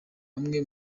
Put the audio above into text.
bamwe